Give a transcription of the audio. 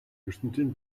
ертөнцийн